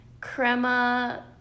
Crema